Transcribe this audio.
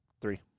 Three